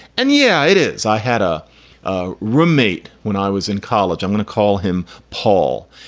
and yeah, it is. i had a ah roommate when i was in college. i'm going to call him paul.